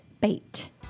bait